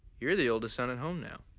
you're the oldest son at home now.